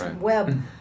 web